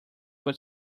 but